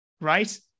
right